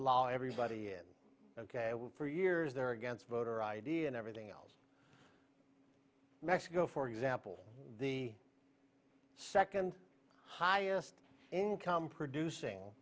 allow everybody is ok for years they're against voter i d and everything else mexico for example the second highest income producing